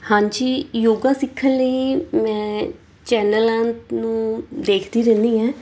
ਹਾਂਜੀ ਯੋਗਾ ਸਿੱਖਣ ਲਈ ਮੈਂ ਚੈਨਲਾਂ ਨੂੰ ਦੇਖਦੀ ਰਹਿੰਦੀ ਹਾਂ